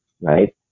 right